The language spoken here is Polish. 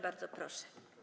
Bardzo proszę.